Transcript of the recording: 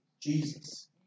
Jesus